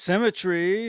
Symmetry